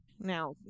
Now